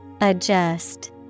Adjust